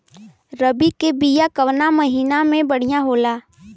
रबी के बिया कवना महीना मे बढ़ियां होला?